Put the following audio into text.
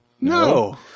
No